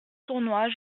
sournois